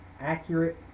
accurate